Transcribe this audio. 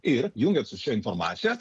ir jungiant su šia informacija